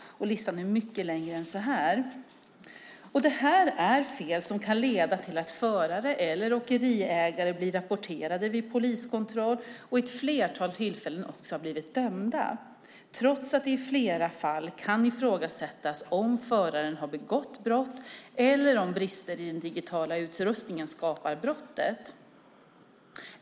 Listan är mycket längre än så här. Dessa fel kan leda till att förare eller åkeriägare blir rapporterade vid poliskontroll. Vid ett flertal tillfällen har föraren också blivit dömd trots att det i flera fall kan ifrågasättas om föraren har begått ett brott eller om brister i den digitala utrustningen skapat brottet.